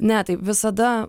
ne tai visada